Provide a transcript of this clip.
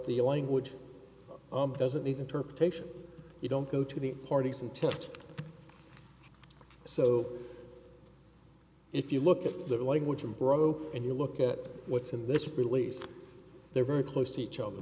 the language doesn't need interpretation you don't go to the parties and test so if you look at the language of bravo and you look at what's in this release they're very close to each other